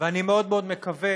ואני מאוד מאוד מקווה